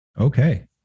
Okay